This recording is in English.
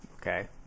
Okay